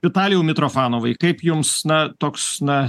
vitalijau mitrofanovai kaip jums na toks na